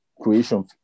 creation